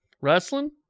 wrestling